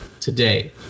today